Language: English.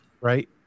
Right